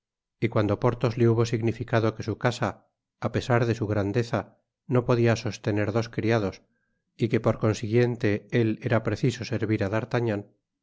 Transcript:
y cuando porthos le hubo significado que su casa apesar de su grandeza nopodia sostener dos criados y que por consiguiente él era preciso servir á